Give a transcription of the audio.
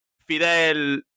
Fidel